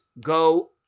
go